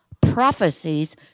prophecies